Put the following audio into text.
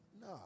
No